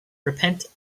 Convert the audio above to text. repent